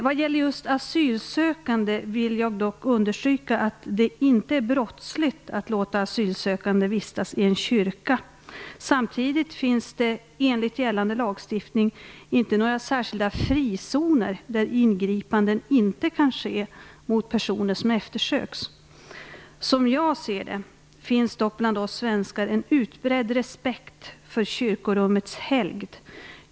Vad gäller just asylsökande vill jag dock understryka att det inte är brottsligt att låta asylsökande vistas i en kyrka. Samtidigt finns det inte enligt gällande lagstiftning några särskilda frizoner där ingripanden inte kan ske mot personer som eftersöks. Som jag ser det finns det bland oss svenskar en utbredd respekt för kyrkorummets helgd.